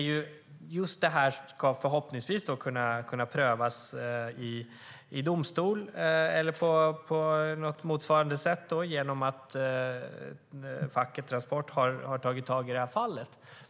Just detta ska förhoppningsvis kunna prövas i domstol eller på något motsvarande sätt, genom att facket Transport har tagit tag i det här fallet.